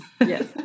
yes